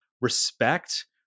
respect